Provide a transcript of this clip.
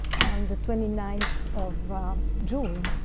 the twenty ninth of june.